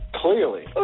Clearly